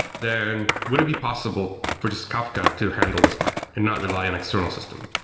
then would it be possible for just kafka to handle this part and not rely on external system.